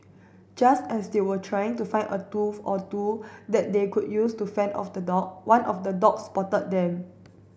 just as they were trying to find a tool or two that they could use to fend off the dog one of the dogs spotted them